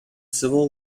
civil